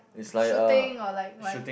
shooting or like what